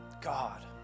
God